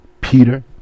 Peter